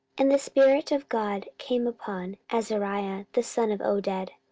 and the spirit of god came upon azariah the son of oded